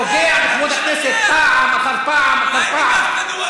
אתה פוגע בכבוד הכנסת פעם אחר פעם אחר פעם.